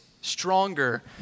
stronger